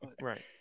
Right